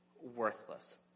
worthless